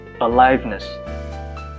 aliveness